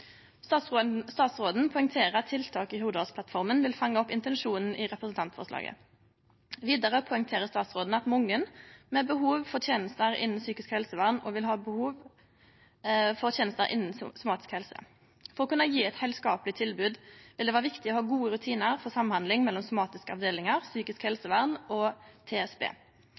Statsråden poengterer at tiltak i Hurdalsplattforma vil fange opp intensjonen i representantforslaget. Vidare poengterer statsråden at mange med behov for tenester innan psykisk helsevern òg vil ha behov for tenester innan somatisk helse. For å kunne gje eit heilskapleg tilbod vil det vere viktig å ha gode rutinar for samhandling mellom somatiske avdelingar, psykisk helsevern og TSB.